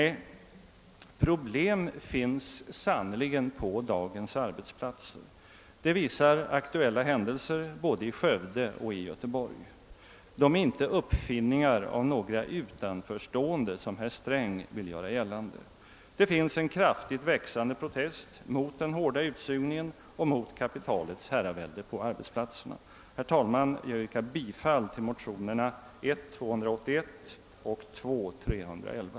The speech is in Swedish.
Nej, problem finns sannerligen på dagens arbetsplatser. Det visar aktuella händelser både i Skövde och i Göteborg. De är inte uppfinningar av några utanförstående, som herr Sträng vill göra gällande. Det finns en kraftigt växande protest mot den hårda utsugning en och mot kapitalets herravälde på arbetsplatserna. Herr talman! Jag yrkar bifall till motionerna I: 281 och II: 311.